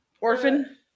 Orphan